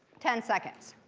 ten seconds.